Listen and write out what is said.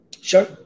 Sure